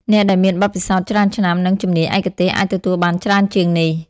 អ្នកដែលមានបទពិសោធន៍ច្រើនឆ្នាំ និងជំនាញឯកទេសអាចទទួលបានច្រើនជាងនេះ។